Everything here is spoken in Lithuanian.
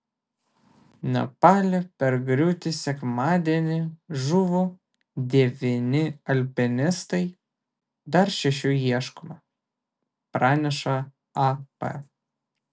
nepale per griūtį sekmadienį žuvo devyni alpinistai dar šešių ieškoma praneša ap